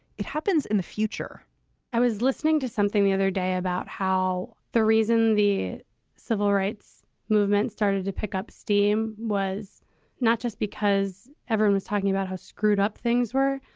it happens in the future i was listening to something the other day about how the reason the civil rights movement started to pick up steam was not just because everyone was talking about how screwed up things were,